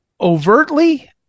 overtly